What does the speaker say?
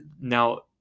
now